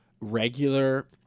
regular